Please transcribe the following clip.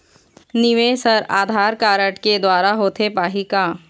निवेश हर आधार कारड के द्वारा होथे पाही का?